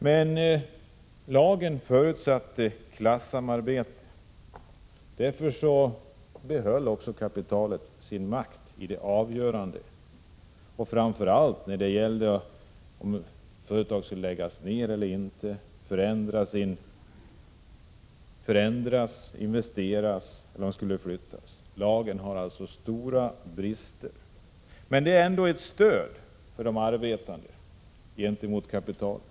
Men lagen förutsätter klassamarbete. Därför behöll också kapitalet sin makt på de avgörande punkterna, framför allt när det gäller om ett företag skall läggas ned eller inte samt vid beslut om förändringar, investeringar eller flyttning. Lagen har alltså stora brister, men den är ändå ett stöd för de arbetande gentemot kapitalet.